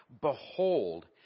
behold